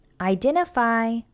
identify